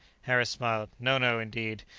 harris smiled. no, no, indeed.